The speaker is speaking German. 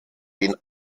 den